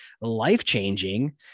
life-changing